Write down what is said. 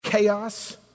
Chaos